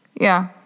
Yeah